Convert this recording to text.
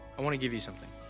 i want to give you something.